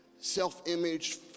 self-image